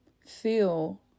feel